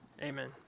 amen